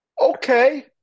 okay